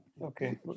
Okay